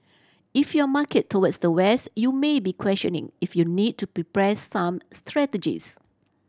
if your market towards the West you may be questioning if you need to prepare some strategies